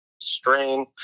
strain